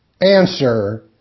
Answer